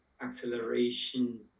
acceleration